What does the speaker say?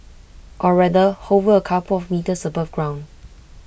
or rather hover A couple of metres above ground